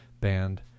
band